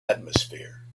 atmosphere